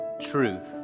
truth